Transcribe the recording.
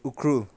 Ukhrul